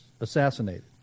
assassinated